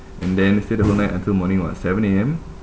and then stay the whole night until morning what seven A_M